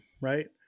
right